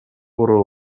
куруу